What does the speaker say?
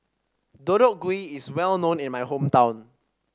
Deodeok Gui is well known in my hometown